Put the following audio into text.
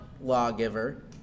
lawgiver